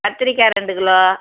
கத்திரிக்காய் ரெண்டு கிலோ